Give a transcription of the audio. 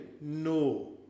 No